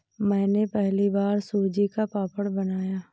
मैंने पहली बार सूजी का पापड़ बनाया